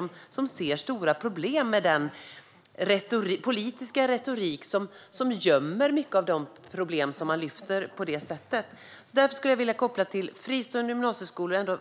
Man ser stora problem med den politiska retorik som gömmer mycket av de problem som man lyfter fram,